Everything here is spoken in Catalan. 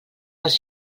pels